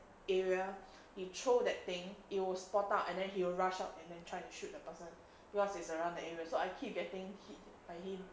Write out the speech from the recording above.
area you throw that thing it will spot out and then he would rush out and then try to shoot the person because it's around the area so I keep getting hit by him